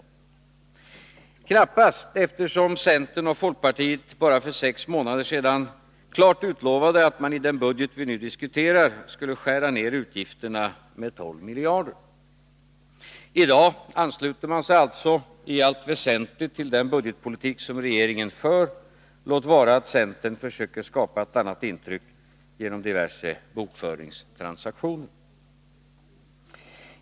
Så är knappast fallet, eftersom centern och folkpartiet bara för sex månader sedan klart utlovade att man i den budget som vi nu diskuterar skulle skära ner utgifterna med 12 miljarder kronor. I dag ansluter man sig alltså i allt väsentligt till den budgetpolitik som regeringen för — låt vara att centern försöker skapa ett annat intryck genom diverse bokföringstransaktioner.